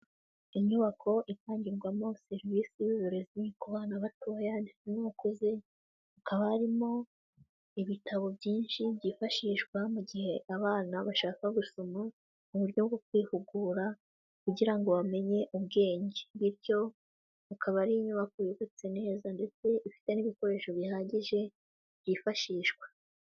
Inyubako itangirwamo serivisi z'uburezi ku bana batoya ndetse n'abakuze, hakaba harimo ibitabo byinshi byifashishwa mu gihe abana bashaka gusoma uburyo bwo kwihugura, kugirango ngo bamenye ubwenge. Bityo akaba ari inyubako yubatse neza ndetse ifite n'ibikoresho bihagije byifashishwa.